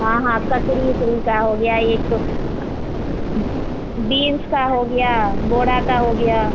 हाँ हाँ ककड़ी ओकड़ी का हो गया एक बीन्स का हो गया बोड़ा का हो गया